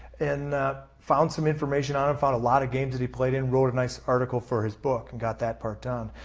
and found some information on him and found a lot of games that he played in. wrote a nice article for his book and got that part done.